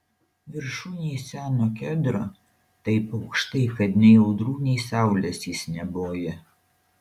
viršūnėj seno kedro taip aukštai kad nei audrų nei saulės jis neboja